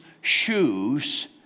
shoes